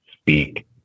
speak